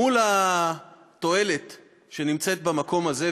מול התועלת שנמצאת במקום הזה,